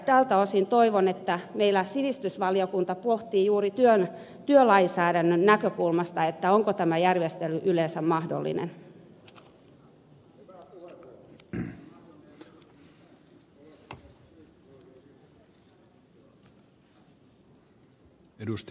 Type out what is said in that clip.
tältä osin toivon että meillä sivistysvaliokunta pohtii juuri työlainsäädännön näkökulmasta onko tämä järjestely yleensä mahdollinen